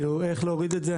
איך להוריד את זה,